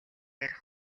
ярих